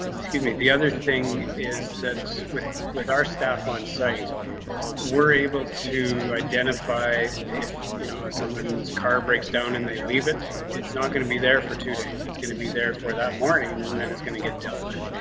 excuse me, the other thing is that with with our staff on site were able to identify if you know someone's car breaks down and they leave it. it's not going to be there for two days. it's going to be there for that morning and and then it's going to get dealt with.